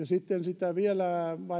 sitten sitä vielä